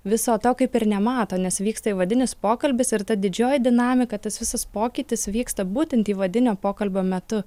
viso to kaip ir nemato nes vyksta įvadinis pokalbis ir ta didžioji dinamika tas visas pokytis vyksta būtent įvadinio pokalbio metu